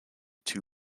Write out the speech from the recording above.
two